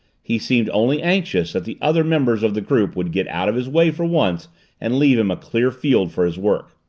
he seemed only anxious that the other members of the group would get out of his way for once and leave him a clear field for his work.